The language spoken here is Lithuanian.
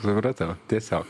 supratau tiesiog